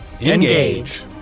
Engage